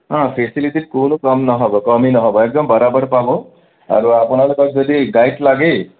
ফেচেলিটিত কোনো কম নহ'ব কমি নহ'ব একদম বৰা বৰ পাব আৰু আপোনালোকক যদি গাইড লাগে